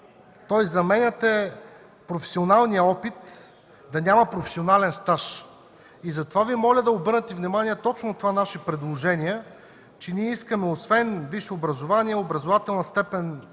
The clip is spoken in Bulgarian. вече заменяте професионалния опит, да няма професионален стаж, и затова Ви моля да обърнете внимание точно на това наше предложение, че ние искаме освен висше образование и образователна степен